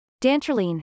Dantrolene